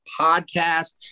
podcast